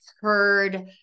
heard